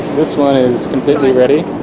this one is completely ready.